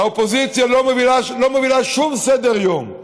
האופוזיציה לא מובילה שום סדר-יום,